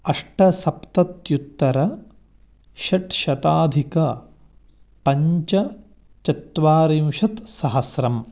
अष्टसप्तत्युत्तर षडशताधिक पञ्चचत्वारिंशत् सहस्रम्